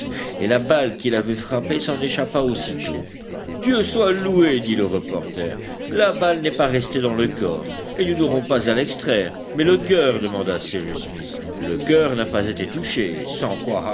et la balle qui l'avait frappé s'en échappa aussitôt dieu soit loué dit le reporter la balle n'est pas restée dans le corps et nous n'aurons pas à l'extraire mais le coeur demanda cyrus smith le coeur n'a pas été touché sans